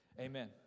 amen